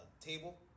Table